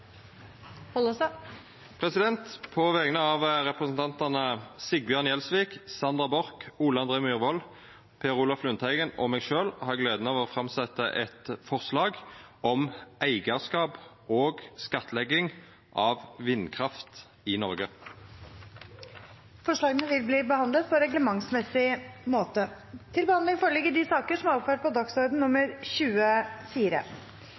Pollestad vil fremsette et representantforslag. På vegner av representantane Sigbjørn Gjelsvik, Sandra Borch, Ole André Myhrvold, Per Olaf Lundteigen og meg sjølv har eg gleda av å setja fram eit forslag om eigarskap og skattlegging av vindkraft i Noreg. Forslagene vil bli behandlet på reglementsmessig måte. Ingen har bedt om ordet. Presidentskapet fremjar i innstillinga forslag til